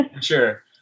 sure